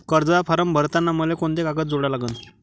कर्जाचा फारम भरताना मले कोंते कागद जोडा लागन?